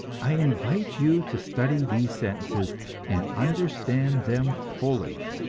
i invite you to study these sentences and understand them fully.